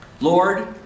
Lord